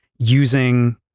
using